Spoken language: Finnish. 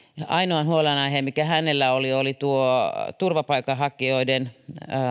ainoan huolenaiheen mikä hänellä oli oli tuon turvapaikanhakijoiden